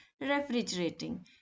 refrigerating